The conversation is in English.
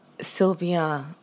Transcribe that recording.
Sylvia